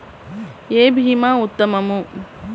ఏ భీమా ఉత్తమము?